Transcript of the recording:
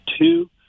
Two